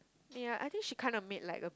ya I think she kind of meet like a